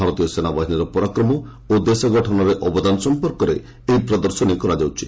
ଭାରତୀୟ ସେନାବାହିନୀର ପରାକ୍ରମ ଓ ଦେଶ ଗଠନରେ ଅବଦାନ ସମ୍ପର୍କରେ ଏହି ପ୍ରଦର୍ଶନୀ କରାଯାଉଛି